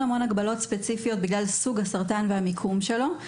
הגבלות ספציפיות בגלל סוג הסרטן והמיקום שלו.